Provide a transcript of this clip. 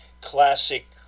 classic